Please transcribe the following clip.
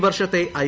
ഈ വർഷത്തെ ഐ